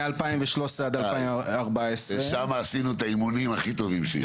מ-2013 עד 2014. ושם עשינו את האימונים הכי טובים שיש.